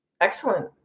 Excellent